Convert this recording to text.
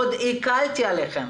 עוד הקלתי עליכם,